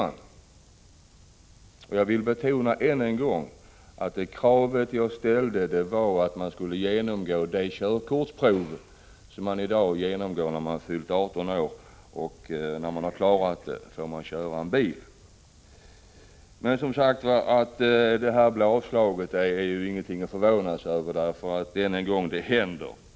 Jag vill än en gång betona att kravet för att man skulle få framföra s.k. ungdomsbil var att man skulle genomgå det körkortsprov som 18-åringar gör för att få köra bil. Att motionen avstyrkts är ingenting att förvåna sig över, det händer ofta.